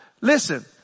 Listen